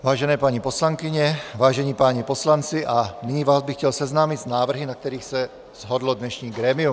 Vážené paní poslankyně, vážení páni poslanci, a nyní vás bych chtěl seznámit s návrhy, na kterých se shodlo dnešní grémium.